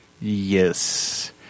yes